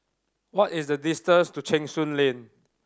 what is the distance to Cheng Soon Lane